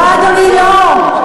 לא, אדוני, לא.